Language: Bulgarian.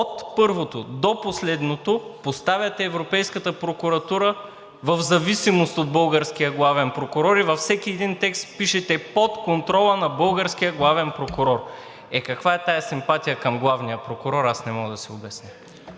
от първото до последното, поставяте Европейската прокуратура в зависимост от българския главен прокурор и във всеки един текст пишете: „Под контрола на българския главен прокурор“. Е, каква е тази симпатия към главния прокурор – аз не мога да си обясня.